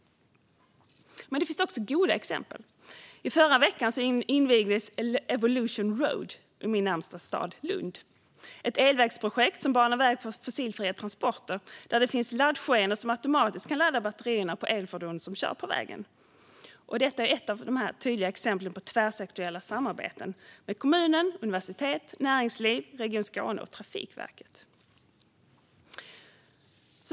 Det finns också goda exempel. I förra veckan invigdes Evolution Road i min närmaste stad, Lund. Det är ett elvägsprojekt som banar väg för fossilfria transporter. Det finns laddskenor som automatiskt kan ladda batterierna på elfordon som kör på vägen. Detta är ett av de tydliga exemplen på tvärsektoriella samarbeten med kommunen, universitetet, näringsliv, Region Skåne och Trafikverket.